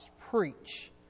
preach